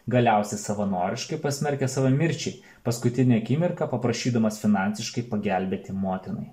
galiausiai savanoriškai pasmerkia save mirčiai paskutinę akimirką paprašydamas finansiškai pagelbėti motinai